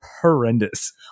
horrendous